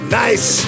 nice